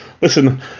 Listen